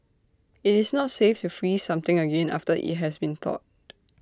IT is not safe to freeze something again after IT has been thawed